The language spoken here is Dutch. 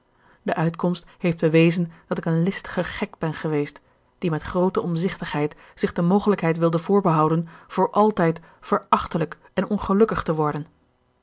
de uitkomst heeft bewezen dat ik een listige gek ben geweest die met groote omzichtigheid zich de mogelijkheid wilde voorbehouden voor altijd verachtelijk en ongelukkig te worden